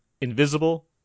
Invisible